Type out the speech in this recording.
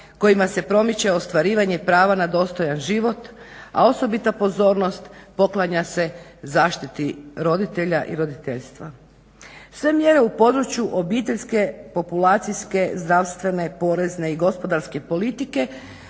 kojima se promiče ostvarivanje prava na dostojan život, a osobita pozornost poklanja se zaštiti roditelja i roditeljstva. Sve mjere u području obiteljske, populacijske, zdravstvene, porezne i gospodarske politike